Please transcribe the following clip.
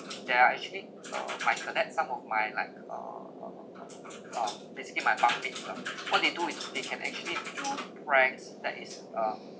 there are actually uh my cadet some of my like uh uh uh uh basically my advantage lah what they do is they can actually do pranks that is uh